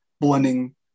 blending